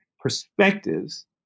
perspectives